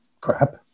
crap